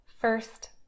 first